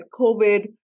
COVID